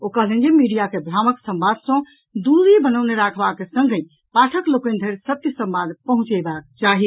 ओ कहलनि जे मीडिया के भ्रामक संवाद सँ दूरी बनौने राखबाक संगहि पाठक लोकनि धरि सत्य संवाद पहुंचेबाक चाही